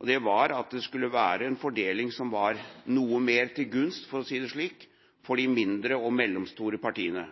og det var at det skulle være en fordeling som var noe mer til gunst, for å si det slik, for de mindre og mellomstore partiene.